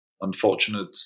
unfortunate